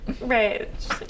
right